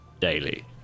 daily